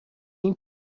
این